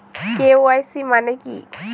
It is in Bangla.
কে.ওয়াই.সি মানে কি?